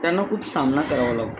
त्यांना खूप सामना करावा लागतो